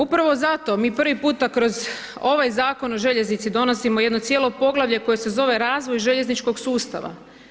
Upravo zato mi prvi puta kroz ovaj Zakon o željeznici donosimo jedno cijelo poglavlje koje se zove Razvoj željezničkog sustava.